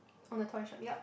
on the toy shop yup